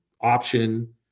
option